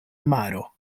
maro